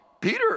Peter